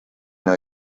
nii